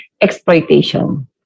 exploitation